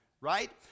right